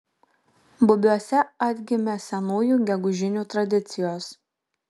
bubiuose atgimė senųjų gegužinių tradicijos